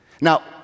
Now